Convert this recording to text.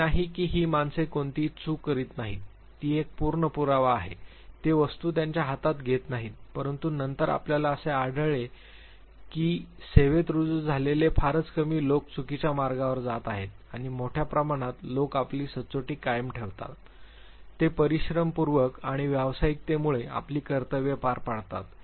असे नाही की ही माणसे कोणतीही चूक करीत नाहीत ही एक पूर्ण पुरावा आहे ते वस्तू त्यांच्या हातात घेत नाहीत परंतु नंतर आपल्याला असे आढळले आहे की सेवेत रुजू झालेले फारच कमी लोक चुकीच्या मार्गावर जात आहेत आणि मोठ्या प्रमाणात लोक आपली सचोटी कायम ठेवतात ते परिश्रमपूर्वक आणि व्यावसायिकतेमुळे आपली कर्तव्ये पार पाडतात